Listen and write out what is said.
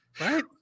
right